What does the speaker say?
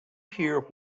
hear